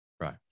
Right